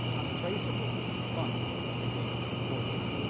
untraceable funds became important,